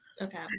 okay